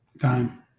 Time